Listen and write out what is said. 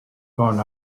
gone